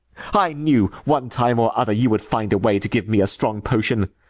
i knew, one time or other, you would find a way to give me a strong potion.